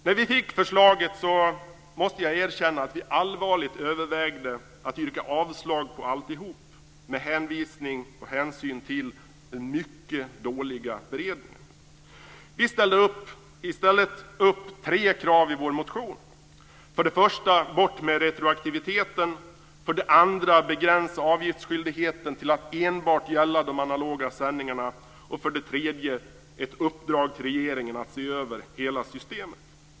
När vi fick förslaget övervägde vi allvarligt - det måste jag erkänna - att yrka avslag på alltihop både med hänvisning till och med hänsyn till den mycket dåliga beredningen. Vi satte i stället upp tre krav i vår motion. För det första handlade det om att vi vill ha bort retroaktiviteten. För det andra handlar det om att begränsa avgiftsskyldigheten till att enbart gälla de analoga sändningarna. För det tredje handlar det om ett uppdrag till regeringen att se över hela systemet.